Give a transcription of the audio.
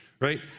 right